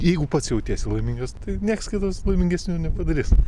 jeigu pats jautiesi laimingas tai niekas kitas laimingesniu nepadarys